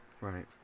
Right